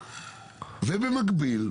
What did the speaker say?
ובמקביל,